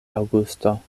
aŭgusto